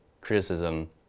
criticism